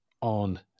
on